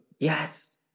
Yes